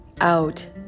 out